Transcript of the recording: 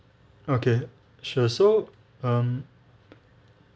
okay sure so um